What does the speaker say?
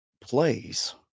plays